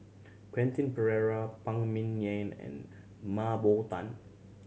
Quentin Pereira Phan Ming Yen and Mah Bow Tan